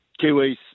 Kiwis